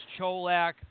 Cholak